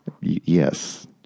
Yes